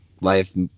life